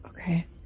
Okay